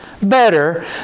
better